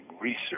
research